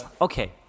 okay